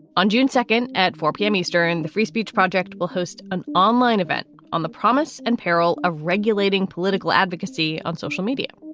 on june second, at four zero p m. eastern, the free speech project will host an online event on the promise and peril of regulating political advocacy on social media.